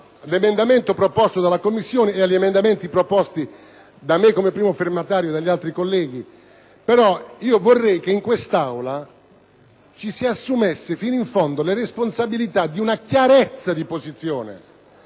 all'emendamento presentato dalla Commissione e a quelli proposti da me come primo firmatario insieme ad altri colleghi. Vorrei che in quest'Aula ci si assumesse fino in fondo la responsabilità di una chiarezza di posizione,